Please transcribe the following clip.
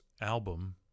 album